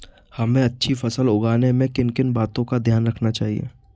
हमें अच्छी फसल उगाने में किन किन बातों का ध्यान रखना चाहिए?